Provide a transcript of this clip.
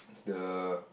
it's the